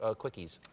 ah quickies?